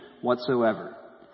whatsoever